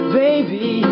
baby